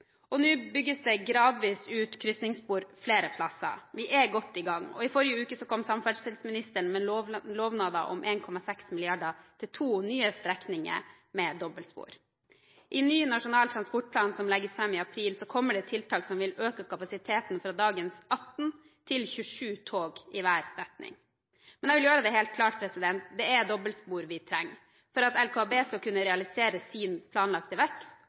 Nå utbygges det gradvis ut krysningsspor flere plasser. Vi er godt gang, og i forrige uke kom samferdselsministeren med lovnader om 1,6 mrd. kr til to nye strekninger med dobbeltspor. I ny Nasjonal transportplan som legges fram i april, kommer det tiltak som vil øke kapasiteten fra dagens 18 til 27 tog i hver retning. Men jeg vil gjøre det helt klart: Det er dobbeltspor vi trenger for at LKAB skal kunne realisere sin planlagte vekst,